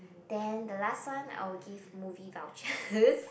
then the last one I will give movie vouchers